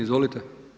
Izvolite.